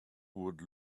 would